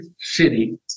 city